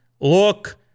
look